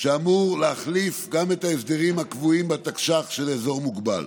שאמור להחליף גם את ההסדרים הקבועים בתקש"ח של אזור מוגבל.